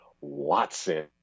Watson